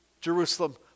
Jerusalem